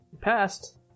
passed